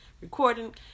recording